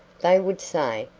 they would say,